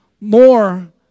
more